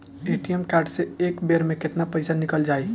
ATM card से एक बेर मे केतना पईसा निकल जाई?